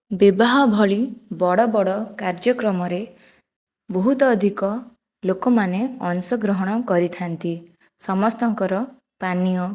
ବିବାହ ଭଳି ବଡ଼ ବଡ଼ କାର୍ଯ୍ୟକ୍ରମରେ ବହୁତ ଅଧିକ ଲୋକମାନେ ଅଂଶଗ୍ରହଣ କରିଥାନ୍ତି ସମସ୍ତଙ୍କର ପାନୀୟ